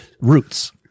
Roots